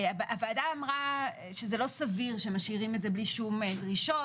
הוועדה אמרה שזה לא סביר שמשאירים את זה בלי שום דרישות